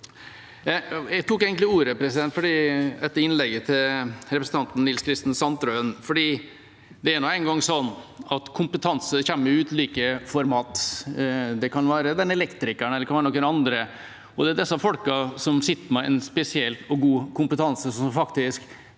Jeg tok egentlig ordet etter innlegget til representanten Nils Kristen Sandtrøen, for det er nå engang sånn at kompetanse kommer i ulike format. Det kan være den elektrikeren, eller det kan være noen andre. Det er disse folkene som sitter med en spesiell og god kompetanse, som faktisk